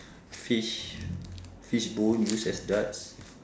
fish fish bone use as darts